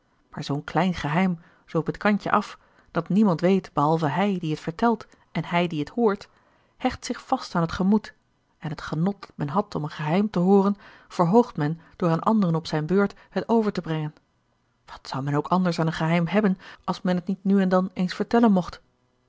maar zoo'n klein geheim zoo op het kantje af dat niemand weet behalve hij die het vertelt en hij die het hoort hecht zich vast aan t gemoed en het genot dat men had om een geheim te hooren verhoogt men door aan anderen op zijne beurt het over te brengen wat zou men ook anders aan een geheim hebben als men het niet nu en dan eens vertellen mocht